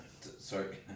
sorry